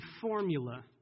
formula